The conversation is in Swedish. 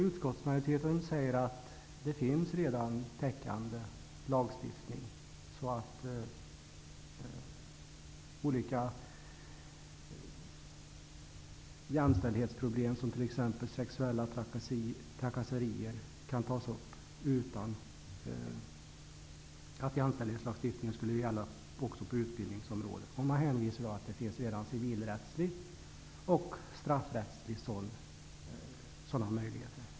Utskottsmajoriteten säger att det redan finns täckande lagstiftning så att olika jämställdhetsproblem som t.ex. sexuella trakasserier kan tas upp utan att jämställdhetslagstiftningen också skulle gälla på utbildningsområdet. Man hänvisar till att det redan finns civilrättsliga och straffrättsliga möjligheter.